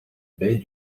baie